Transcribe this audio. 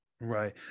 Right